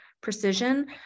precision